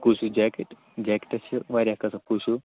کُس ہیُو jacket jackets چھِ وارِیاہ قٕسم کُس ہیُو